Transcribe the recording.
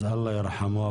אללה ירחמו.